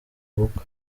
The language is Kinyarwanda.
ubukwe